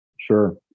Sure